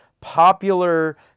popular